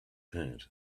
head